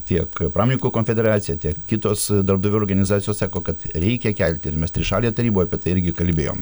tiek pramijkų konfederacija tiek kitos darbdavių organizacijos sako kad reikia kelti ir mes trišalėje taryboj apie tai irgi kalbėjom